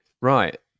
right